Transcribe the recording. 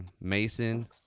Mason